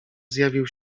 zjawił